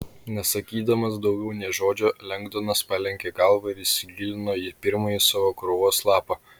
nesakydamas daugiau nė žodžio lengdonas palenkė galvą ir įsigilino į pirmąjį savo krūvos lapą